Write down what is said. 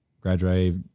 graduate